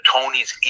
Tony's